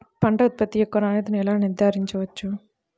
పంట ఉత్పత్తి యొక్క నాణ్యతను ఎలా నిర్ధారించవచ్చు?